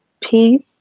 peace